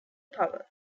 power